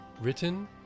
written